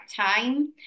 time